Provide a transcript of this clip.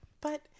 But-